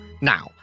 Now